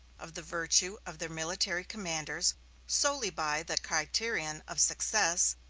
of the virtue of their military commanders solely by the criterion of success,